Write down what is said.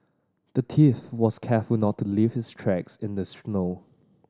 the thief was careful not to leave his tracks in the snow